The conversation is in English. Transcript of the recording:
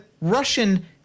Russian